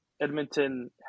Edmonton